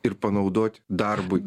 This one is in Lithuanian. ir panaudot darbui